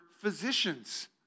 physicians